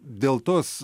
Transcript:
dėl tos